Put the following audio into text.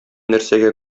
нәрсәгә